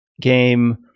game